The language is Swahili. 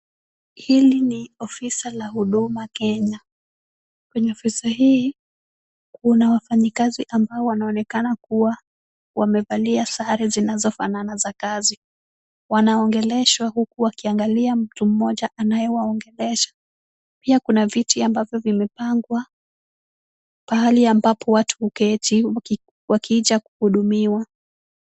Hili ni ofisi la Huduma Kenya. Kwenye ofisi hii kuna wafanyikazi ambao wanaonekana kuwa wamevalia sare zinazofanana za kazi. Wanaongeleshwa huku wakiangalia mtu mmoja anayewaongelesha. Pia kuna viti ambavyo vimepangwa pahali ambapo watu huketi wakija kuhudumiwa.